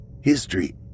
History